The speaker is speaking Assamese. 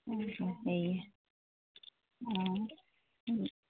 হেৰি অঁ